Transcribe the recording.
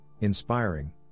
inspiring